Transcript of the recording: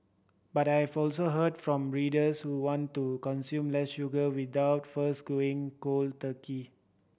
but I also heard from readers who want to consume less sugar without first going gold turkey